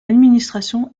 administration